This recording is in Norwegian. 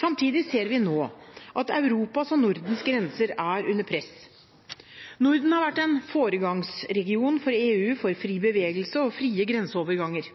Samtidig ser vi nå at Europas og Nordens grenser er under press. Norden har vært en foregangsregion for EU for fri bevegelse og frie grenseoverganger.